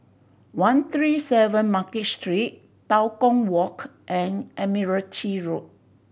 one three seven Market Street Tua Kong Walk and Admiralty Road